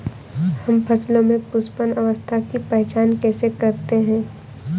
हम फसलों में पुष्पन अवस्था की पहचान कैसे करते हैं?